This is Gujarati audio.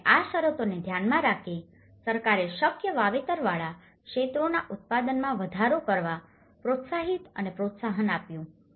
અને આ શરતોને ધ્યાનમાં રાખીને સરકારે શક્ય વાવેતરવાળા ક્ષેત્રોના ઉત્પાદનમાં વધારો કરવા પ્રોત્સાહિત અને પ્રોત્સાહન આપ્યું છે